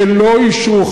שלא אישרו,